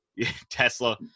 Tesla